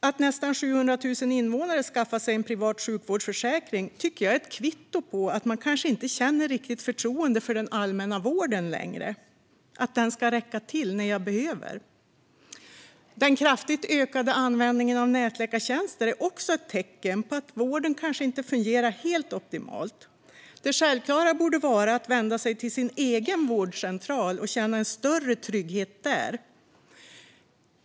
Att nästan 700 000 invånare skaffar sig en privat sjukvårdsförsäkring är ett kvitto på att man kanske inte känner riktigt förtroende för att den allmänna vården ska räcka till när man behöver. Den kraftigt ökade användningen av nätläkartjänster är också ett tecken på att vården kanske inte fungerar helt optimalt. Det självklara borde vara att vända sig till sin egen vårdcentral och känna en större trygghet där.